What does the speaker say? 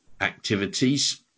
activities